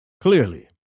Clearly